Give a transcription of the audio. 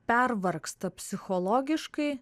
pervargsta psichologiškai